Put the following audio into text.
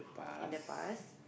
in the past